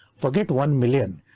forget one million.